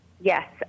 Yes